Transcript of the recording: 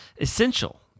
essential